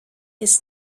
his